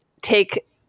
take